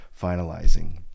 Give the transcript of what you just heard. finalizing